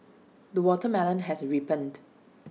the watermelon has ripened